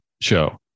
show